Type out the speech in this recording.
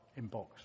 inbox